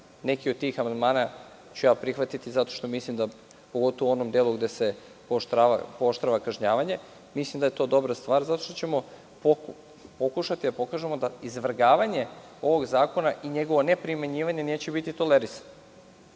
Neke od tih amandmana ću ja prihvatiti, pogotovo u onom delu gde se pooštrava kažnjavanje, jer mislim da je to dobra stvar. Pokušaćemo da pokažemo da izvrgavanje ovog zakona i njegovo neprimenjivanje neće biti tolerisano